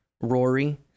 Rory